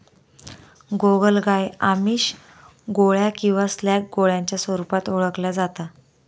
गोगलगाय आमिष, गोळ्या किंवा स्लॅग गोळ्यांच्या स्वरूपात ओळखल्या जाता